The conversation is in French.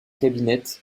cabinet